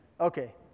Okay